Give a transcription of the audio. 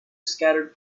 scattered